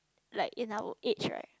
like in our age right